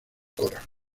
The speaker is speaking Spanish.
cora